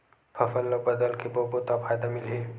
फसल ल बदल के बोबो त फ़ायदा मिलही?